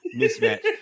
mismatch